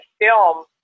film